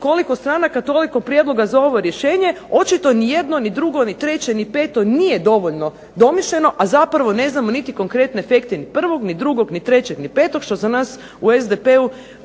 koliko stranaka toliko prijedloga za ovo rješenje. Očito ni jedno, ni drugo, ni treće, ni peto nije dovoljno domišljeno, a zapravo ne znamo niti konkretne efekte ni prvog, ni drugo, ni trećeg ni petog što za nas u SDP-u